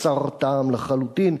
הוא סר טעם לחלוטין.